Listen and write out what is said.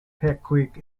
piquet